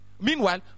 Meanwhile